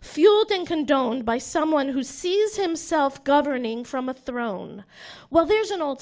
fueled in condoned by someone who sees himself governing from a throne well there's an old